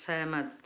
सहमत